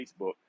Facebook